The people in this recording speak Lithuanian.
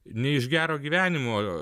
ne iš gero gyvenimo